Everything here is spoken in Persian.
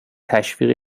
تشویق